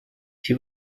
die